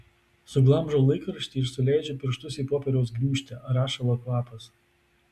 suglamžau laikraštį ir suleidžiu pirštus į popieriaus gniūžtę rašalo kvapas